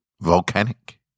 Volcanic